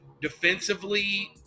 Defensively